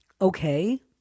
Okay